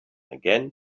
again